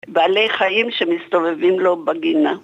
בעלי חיים שמסתובבים לו בגינה